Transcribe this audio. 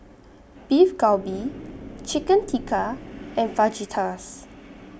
Beef Galbi Chicken Tikka and Fajitas